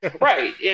Right